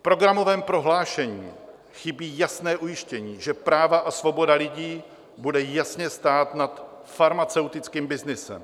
V programovém prohlášení chybí jasné ujištění, že práva a svoboda lidí budou jasně stát nad farmaceutickým byznysem.